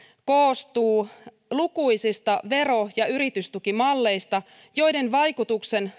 koostuu lukuisista vero ja yritystukimalleista joiden vaikutuksen